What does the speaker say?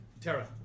Tara